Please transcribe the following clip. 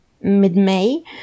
mid-May